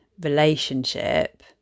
relationship